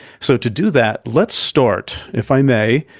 so, to do that, let's start if i may,